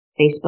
Facebook